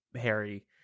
Harry